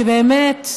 שבאמת,